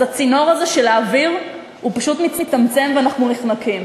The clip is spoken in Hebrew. אז הצינור הזה של האוויר פשוט מצטמצם ואנחנו נחנקים.